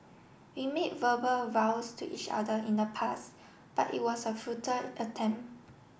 we made verbal vows to each other in the past but it was a futile attempt